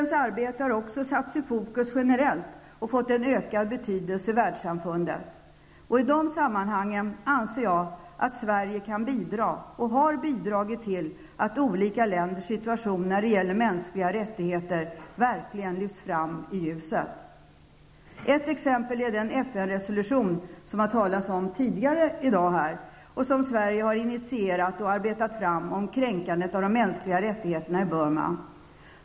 FNs arbete har också kommit i fokus generellt och fått en ökad betydelse i Världssamfundet. Jag anser att Sverige i de sammanhangen kan bidra, och har också gjort det, till att olika länders situation när det gäller de mänskliga rättigheterna verkligen lyfts fram i ljuset. Ett exempel på det är den FN-resolution som det har talats om tidigare i dag här och som Sverige har initierat och arbetat fram. Det gäller kränkandet av de mänskliga rättigheterna i Burma.